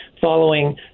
following